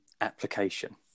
application